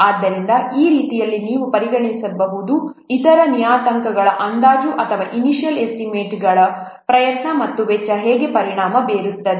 ಆದ್ದರಿಂದ ಈ ರೀತಿಯಲ್ಲಿ ನೀವು ಪರಿಗಣಿಸಬಹುದು ಇತರ ನಿಯತಾಂಕಗಳು ಅಂದಾಜು ಅಥವಾ ಇನಿಷ್ಯಲ್ ಎಸ್ಟಿಮೇಟ್ಗಳು ಪ್ರಯತ್ನ ಮತ್ತು ವೆಚ್ಚ ಹೇಗೆ ಪರಿಣಾಮ ಬೀರುತ್ತವೆ